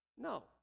No